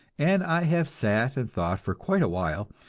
and i have sat and thought for quite a while,